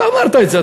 אתה אמרת את זה,